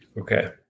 Okay